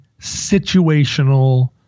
situational